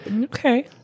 Okay